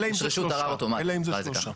רשות ערר אוטומטית, נגיד את זה ככה.